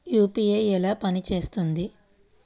UPI ఎలా పనిచేస్తుంది?